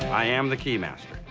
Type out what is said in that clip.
i am the keymaster.